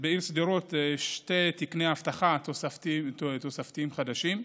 העיר שדרות, שני תקני אבטחה תוספתיים חדשים,